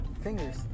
Fingers